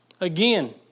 Again